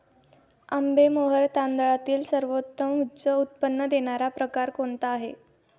आंबेमोहोर तांदळातील सर्वोत्तम उच्च उत्पन्न देणारा प्रकार कोणता आहे?